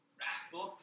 Wrathful